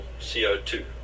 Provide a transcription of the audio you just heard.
co2